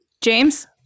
James